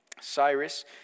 Cyrus